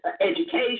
education